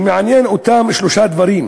שמעניינים אותם שלושה דברים: